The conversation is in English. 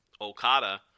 Okada